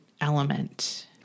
element